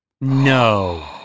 No